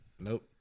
nope